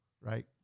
right